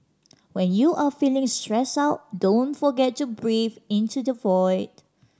when you are feeling stressed out don't forget to breathe into the void